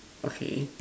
okay